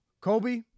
Kobe